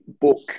book